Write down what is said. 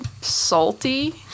salty